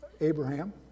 Abraham